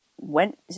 went